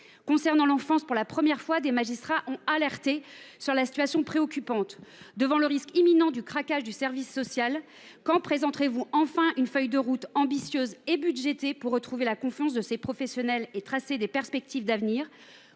sont dévaluées. Pour la première fois, des magistrats ont alerté sur la situation préoccupante du secteur de l’enfance. Devant le risque imminent de craquage du service social, quand présenterez vous enfin une feuille de route ambitieuse et budgétée pour retrouver la confiance de ces professionnels et tracer des perspectives ?